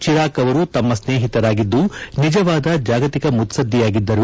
Chirac ಅವರು ತಮ್ಮ ಸ್ನೇಹಿತರಾಗಿದ್ದು ನಿಜವಾದ ಜಾಗತಿಕ ಮುತ್ಪದ್ದಿಯಾಗಿದ್ದರು